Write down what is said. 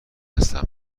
هستم